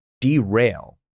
derail